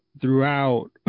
throughout